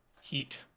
heat